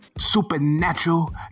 supernatural